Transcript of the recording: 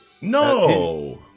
No